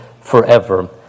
forever